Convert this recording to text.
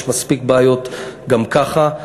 יש מספיק בעיות גם ככה.